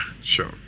sure